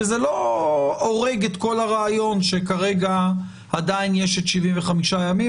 זה לא הורג את כל הרעיון שכרגע עדיין יש את 75 הימים,